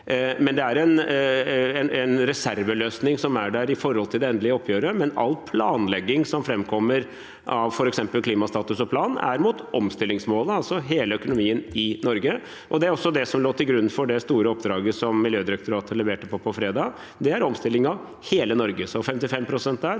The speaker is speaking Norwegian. men det er en reserveløsning som er der med tanke på det endelige oppgjøret. All planlegging som framkommer av f.eks. Klimastatus og -plan, er mot omstillingsmålene, altså hele økonomien i Norge. Det er også det som lå til grunn for det store oppdraget som Miljødirektoratet leverte på på fredag. Det er omstilling av hele Norge, så 55 pst. der